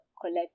collect